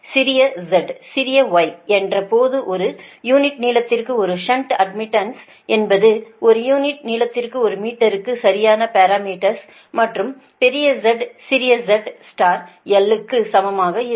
சிறிய z சிறிய y என்ற போது ஒரு யூனிட் நீளத்திற்கு ஒரு ஷன்ட் அட்மிடன்ஸ் என்பது ஒரு யூனிட் நீளத்திற்கு ஒரு மீட்டருக்கு சரியான பாரமீட்டர்ஸ் மற்றும் பெரிய Z சிறிய z l க்கு சமமாக இருக்கும்